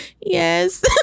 yes